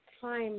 time